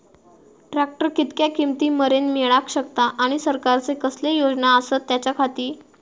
Tractor कितक्या किमती मरेन मेळाक शकता आनी सरकारचे कसले योजना आसत त्याच्याखाती?